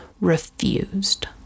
refused